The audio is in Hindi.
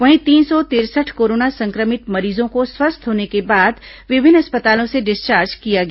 वहीं तीन सौ तिरसठ कोरोना संक्रमित मरीजों को स्वस्थ होने के बाद विभिन्न अस्पतालों से डिस्चार्ज किया गया